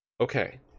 Okay